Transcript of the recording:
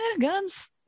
guns